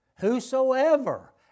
Whosoever